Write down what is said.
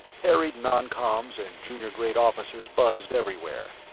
harried noncoms and junior-grade officers buzzed everywhere,